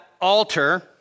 altar